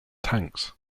tanks